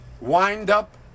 wind-up